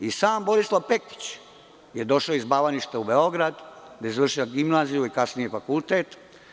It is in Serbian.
I sam Borislav Pekić je došao iz Bavaništa u Beograd, gde je završio gimnaziju, a kasnije i fakultet.